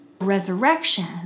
Resurrection